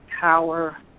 power